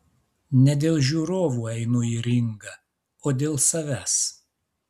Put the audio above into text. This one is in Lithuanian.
ne dėl žiūrovų einu į ringą o dėl savęs